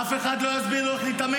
אף אחד לא יסביר לו איך להתאמן,